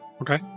Okay